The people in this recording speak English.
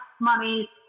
money